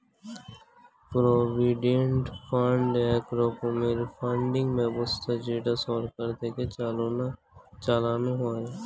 provident fund এক রকমের funding ব্যবস্থা যেটা সরকার থেকে চালানো হয়